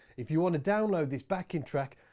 if you want to download this backing track,